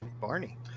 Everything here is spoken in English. Barney